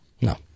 No